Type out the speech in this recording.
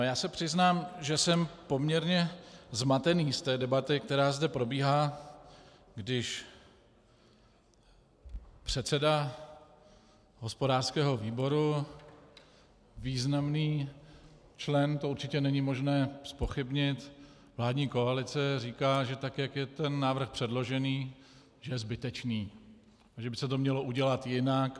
Já se přiznám, že jsem poměrně zmatený z debaty, která zde probíhá, když předseda hospodářského výboru, významný člen, to určitě není možné zpochybnit, vládní koalice, říká, že jak je návrh předložen, je zbytečný, že by se to mělo udělat jinak a lépe.